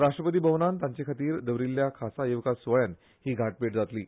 राष्ट्रपती भावनांत तांचे खातीर दवरिल्ल्या खासा येवकार सुवाळ्यांत ही गांठभेट जातली